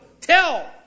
Tell